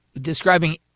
describing